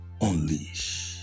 unleash